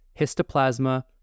histoplasma